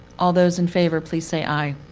all those in favor, please say aye.